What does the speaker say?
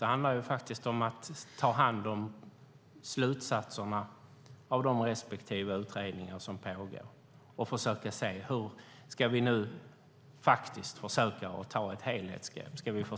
Det handlar om att ta hand om slutsatserna av de utredningar som pågår och försöka se hur vi nu ska kunna ta ett helhetsgrepp.